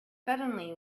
suddenly